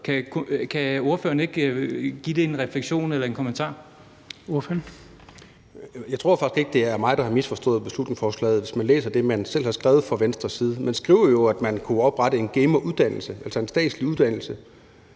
Ordføreren. Kl. 17:43 Dennis Flydtkjær (DF): Jeg tror faktisk ikke, det er mig, der har misforstået beslutningsforslaget. Hvis man læser det, man selv har skrevet fra Venstres side, vil man se, at man jo skriver, at man kunne oprette en gameruddannelse, altså en statslig uddannelse;